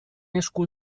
esku